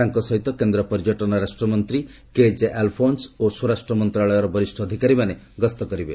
ତାଙ୍କ ସହିତ କେନ୍ଦ୍ର ପର୍ଯ୍ୟଟନ ରାଷ୍ଟ୍ରମନ୍ତ୍ରୀ କେ ଜେ ଆଲ୍ଫୋନ୍ସ୍ ଓ ସ୍ୱରାଷ୍ଟ୍ର ମନ୍ତ୍ରଣାଳୟର ବରିଷ୍ଠ ଅଧିକାରୀମାନେ ଗସ୍ତ କରିବେ